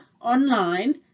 online